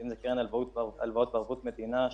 אם זה קרן הלוואות בערבות מדינה,